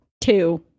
Two